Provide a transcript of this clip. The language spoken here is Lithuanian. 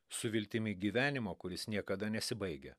su viltimi gyvenimo kuris niekada nesibaigia